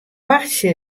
wachtsje